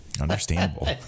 Understandable